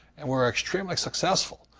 and we're extremely successful,